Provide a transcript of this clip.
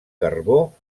carbó